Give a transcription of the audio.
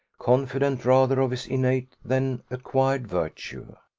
confident rather of his innate than acquired virtue.